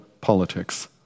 politics